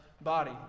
body